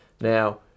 Now